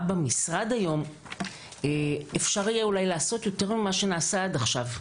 במשרד היום אפשר יהיה אולי לעשות יותר ממה שנעשה עד עכשיו,